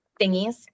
thingies